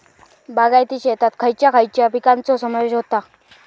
बागायती शेतात खयच्या खयच्या पिकांचो समावेश होता?